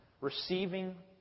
receiving